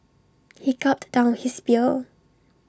he gulped down his beer